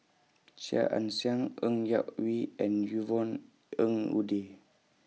Chia Ann Siang Ng Yak Whee and Yvonne Ng Uhde